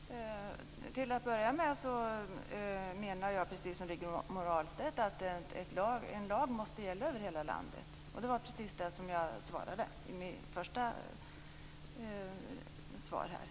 Fru talman! Till att börja med menar jag, precis som Rigmor Ahlstedt, att en lag måste gälla över hela landet. Det var precis det svar jag gav första gången.